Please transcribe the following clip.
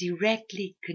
directly